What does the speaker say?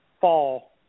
fall